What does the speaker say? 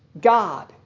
God